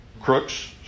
Crooks